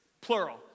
plural